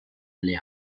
alle